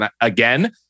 again